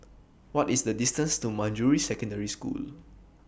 What IS The distance to Manjusri Secondary School